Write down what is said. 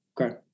Okay